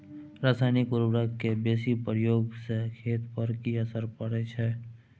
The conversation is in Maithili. रसायनिक उर्वरक के बेसी प्रयोग से खेत पर की असर परै छै?